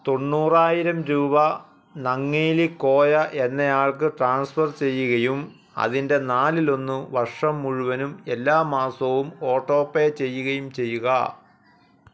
തൊണ്ണൂറായിരം രൂപ നങ്ങേലി കോയ എന്നയാൾക്ക് ട്രാൻസ്ഫർ ചെയ്യുകയും അതിൻ്റെ നാലിലൊന്ന് വർഷം മുഴുവനും എല്ലാ മാസവും ഓട്ടോപേ ചെയ്യുകയും ചെയ്യുക